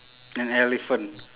an elephant